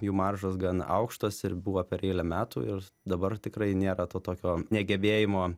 jų maržos gan aukštos ir buvo per eilę metų ir dabar tikrai nėra to tokio negebėjimo